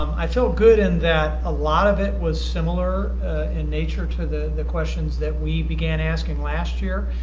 um i feel good in that a lot of it was similar in nature to the questions that we've began asking last year.